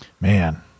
man